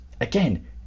again